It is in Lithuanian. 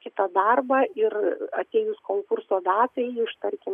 kitą darbą ir atėjus konkurso datai iš tarkim